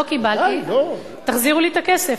לא קיבלתי, תחזירו לי את הכסף.